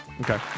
Okay